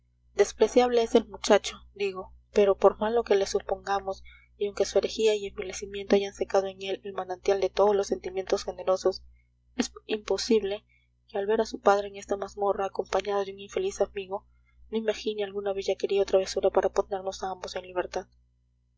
despreciable es el muchacho digo pero por malo que le supongamos y aunque su herejía y envilecimiento hayan secado en él el manantial de todos los sentimientos generosos es imposible que al ver a su padre en esta mazmorra acompañado de un infeliz amigo no imagine alguna bellaquería o travesura para ponerlos a ambos en libertad